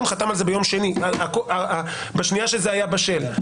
חתם על זה ביום שני בשנייה שזה היה בשל.